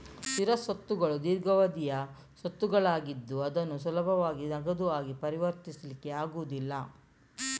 ಸ್ಥಿರ ಸ್ವತ್ತುಗಳು ದೀರ್ಘಾವಧಿಯ ಸ್ವತ್ತುಗಳಾಗಿದ್ದು ಅದನ್ನು ಸುಲಭವಾಗಿ ನಗದು ಆಗಿ ಪರಿವರ್ತಿಸ್ಲಿಕ್ಕೆ ಆಗುದಿಲ್ಲ